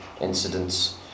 incidents